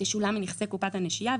תשלום מנכסי קופת הנשייה,